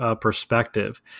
perspective